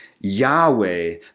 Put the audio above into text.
Yahweh